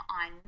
on